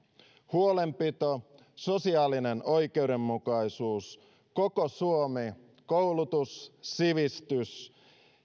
huolenpito sosiaalinen oikeudenmukaisuus koko suomi koulutus sivistys